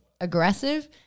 aggressive